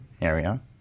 area